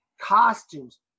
costumes